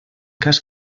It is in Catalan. cas